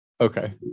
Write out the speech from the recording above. Okay